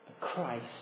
Christ